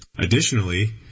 Additionally